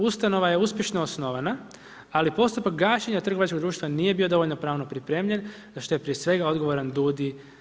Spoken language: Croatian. Ustanova je uspješno osnivanja, ali postupak gašenja trgovačkog društva, nije bio dovoljno trajno pripremljen, za što je prije svega odgovaran DUUDI.